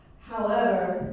however,